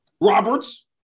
roberts